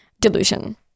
delusion